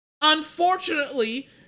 Unfortunately